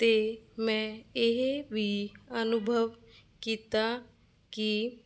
ਅਤੇ ਮੈਂ ਇਹ ਵੀ ਅਨੁਭਵ ਕੀਤਾ ਕਿ